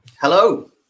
Hello